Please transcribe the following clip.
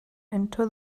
into